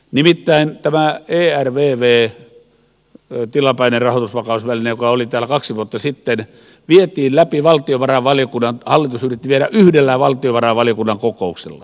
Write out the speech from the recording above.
nimittäin tämän ervvn tilapäisen rahoitusvakausvälineen joka oli täällä kaksi vuotta sitten hallitus yritti viedä läpi yhdellä valtiovarainvaliokunnan kokouksella